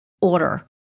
order